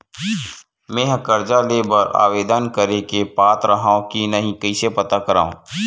मेंहा कर्जा ले बर आवेदन करे के पात्र हव की नहीं कइसे पता करव?